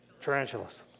Tarantulas